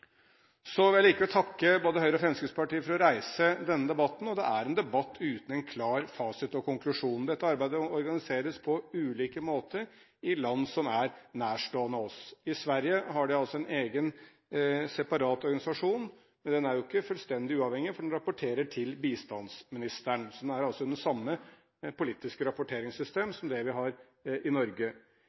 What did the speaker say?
Så vil jeg likevel takke både Høyre og Fremskrittspartiet for å reise denne debatten. Det er en debatt uten en klar fasit og konklusjon. Dette arbeidet organiseres på ulike måter i land som står oss nær. I Sverige har de en egen separat organisasjon, men den er ikke fullstendig uavhengig, for den rapporterer til bistandsministeren. Det er altså det samme politiske rapporteringssystem som det vi har i Norge.